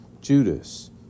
Judas